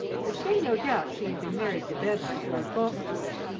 there seemed no doubt she had been married to bevis, lord fauntleroy,